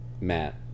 Matt